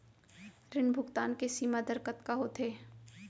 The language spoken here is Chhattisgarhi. ऋण भुगतान के सीमा दर कतका होथे?